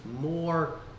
more